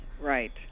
right